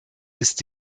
ist